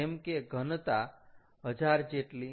જેમ કે ઘનતા 1000 જેટલી